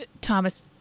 Thomas